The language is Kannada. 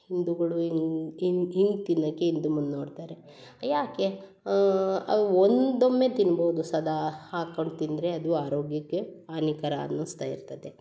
ಹಿಂದೂಗಳು ಹಿಂಗೆ ಇಲ್ಲಿ ಇಲ್ಲಿ ತಿನ್ನಾಕ್ಕೆ ಹಿಂದು ಮುಂದು ನೋಡ್ತಾರೆ ಯಾಕೆ ಅವು ಒಂದೊಮ್ಮೆ ತಿನ್ಬೋದು ಸದಾ ಹಾಕೊಂಡು ತಿಂದರೆ ಅದು ಆರೋಗ್ಯಕ್ಕೆ ಹಾನಿಕರ ಅನ್ನಿಸ್ತಾ ಇರ್ತದೆ